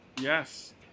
Yes